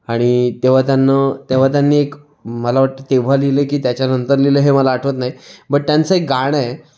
आणि तेव्हा त्यांन्न तेव्हा त्यांनी एक मला वाटतं तेव्हा लिहिलं की त्याच्यानंतर लिहिलं हे मला आठवत नाही बट त्यांचं एक गाणं आहे